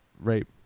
rape